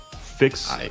Fix